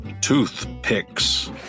Toothpicks